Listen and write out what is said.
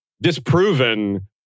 disproven